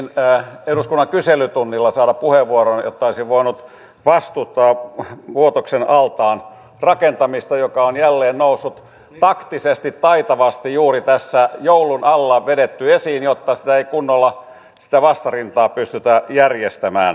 yritin eduskunnan kyselytunnilla saada puheenvuoroa että olisin voinut vastustaa vuotoksen altaan rakentamista joka on jälleen noussut taktisesti taitavasti juuri tässä joulun alla on vedetty esiin jotta ei kunnolla sitä vastarintaa pystytä järjestämään